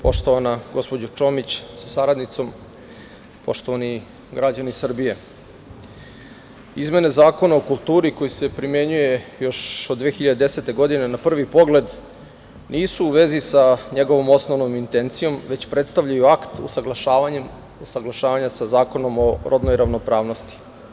Poštovana gospođo Čomić sa saradnicom, poštovani građani Srbije, izmene Zakona o kulturi koji se primenjuje još od 2010. godine na prvi pogled nisu u vezi sa njegovom osnovnom intencijom, već predstavljaju akt usaglašavanja sa Zakonom o rodnoj ravnopravnosti.